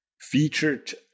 featured